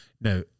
Now